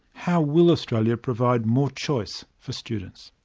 how will australia provide more choice for students?